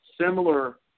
similar